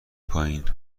پایین